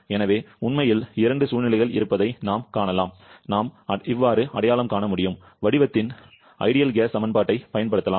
எனவே உண்மையில் இரண்டு சூழ்நிலைகள் இருப்பதை நாம் காணலாம் நாம் அடையாளம் காண முடியும் வடிவத்தின் சிறந்த வாயு சமன்பாட்டைப் பயன்படுத்தலாம்